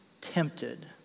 tempted